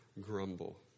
grumble